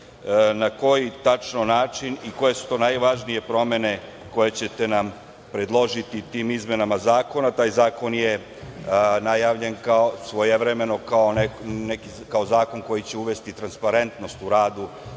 na koji tačno način i koje su to najvažnije promene koje ćete nam predložiti tim izmenama zakona? Taj zakon je najavljen svojevremeno kao zakon koji će uvesti transparentnost u radu